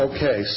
Okay